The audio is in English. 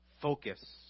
focus